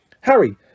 Harry